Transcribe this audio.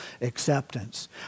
acceptance